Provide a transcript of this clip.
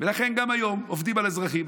ולכן, גם היום עובדים על האזרחים.